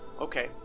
okay